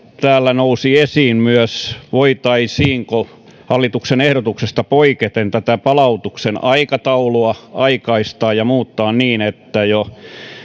täällä nousi esiin myös voitaisiinko hallituksen ehdotuksesta poiketen tätä palautuksen aikataulua aikaistaa ja muuttaa niin että jo